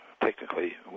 technically